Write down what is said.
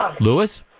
Lewis